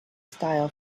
style